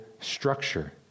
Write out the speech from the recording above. structure